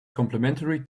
complimentary